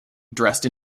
dressed